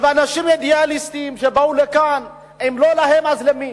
ואנשים אידיאליסטים שבאו לכאן, אם לא להם, אז למי?